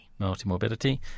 Multimorbidity